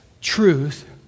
truth